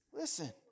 Listen